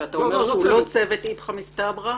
שאתה אומר שהוא לא צוות איפכא מסתברא,